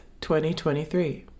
2023